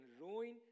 ruin